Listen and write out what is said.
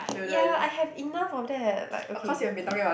ya I have enough of that like okay